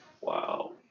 Wow